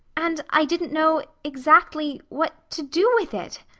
and i didn't know. exactly. what to do. with it,